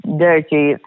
dirty